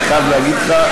אני חייב להגיד לך,